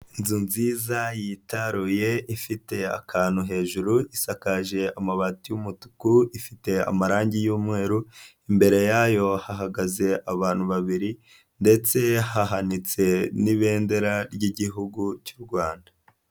Inzu nziza yitaruye ifite akantu hejuru isakaje amabati y'umutuku ifite amarangi y'umweru, imbere yayo hahagaze abantu babiri ndetse hahanitse n'ibendera ry'igihugu cy'u Rwanda.